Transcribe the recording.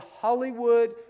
Hollywood